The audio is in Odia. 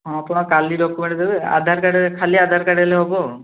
ହଁ ଆପଣ କାଲି ଡକୁମେଣ୍ଟ୍ ଦେବେ ଆଧାର କାର୍ଡ଼୍ ଖାଲି ଆଧାର କାର୍ଡ଼୍ ହେଲେ ହେବ